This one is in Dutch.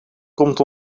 komt